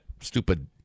stupid